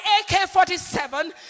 AK-47